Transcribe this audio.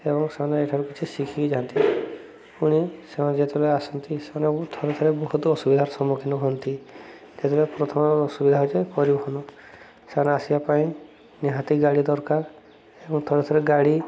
ଏବଂ ସେମାନେ ଏଠାରୁ କିଛି ଶିଖିକି ଯାଆନ୍ତି ପୁଣି ସେମାନେ ଯେତେବେଳେ ଆସନ୍ତି ସେମାନେ ଥରେ ଥରେ ବହୁତ ଅସୁବିଧାର ସମ୍ମୁଖୀନ ହୁଅନ୍ତି ସେତେବେଳେ ପ୍ରଥମ ଅସୁବିଧା ପରିବହନ ସେମାନେ ଆସିବା ପାଇଁ ନିହାତି ଗାଡ଼ି ଦରକାର ଏବଂ ଥରେ ଥରେ ଗାଡ଼ି